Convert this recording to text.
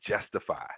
justify